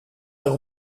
wel